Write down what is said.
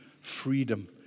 freedom